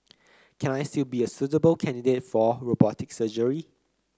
can I still be a suitable candidate for robotic surgery